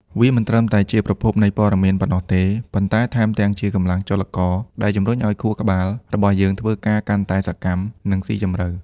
វាមិនត្រឹមតែជាប្រភពនៃព័ត៌មានប៉ុណ្ណោះទេ ប៉ុន្តែថែមជាកម្លាំងចលករដែលជំរុញឱ្យខួរក្បាលរបស់យើងធ្វើការកាន់តែសកម្ម និងស៊ីជម្រៅ។